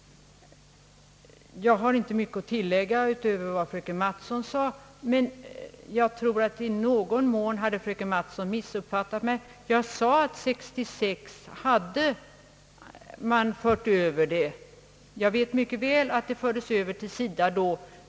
Jag har inte mycket att tillägga utöver vad fröken Mattson sade, men jag tror att fröken Mattson i någon mån hade missuppfattat mig. Jag sade att man hade fört över anslagen 1966 — jag vet mycket väl att det var då till SIDA.